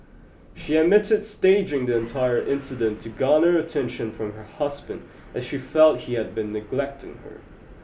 she admitted staging the entire incident to garner attention from her husband as she felt he had been neglecting her